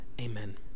Amen